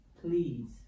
please